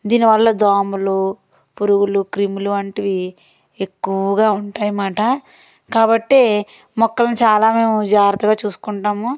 దీనివల్ల దోమలూ పురుగులూ క్రిములు అంటివి ఎక్కువగా ఉంటాయన్నమాట కాబట్టి మొక్కల్ని చాలా మేము జాగ్రత్తగా చూసుకుంటాము